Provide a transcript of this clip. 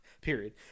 Period